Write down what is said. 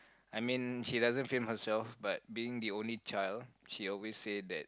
I mean she doesn't frame herself but being the only child she always say that